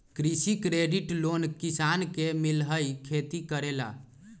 कृषि credit loan किसान के मिलहई खेती करेला?